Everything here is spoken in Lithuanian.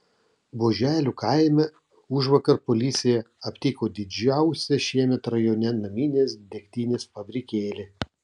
buoželių kaime užvakar policija aptiko didžiausią šiemet rajone naminės degtinės fabrikėlį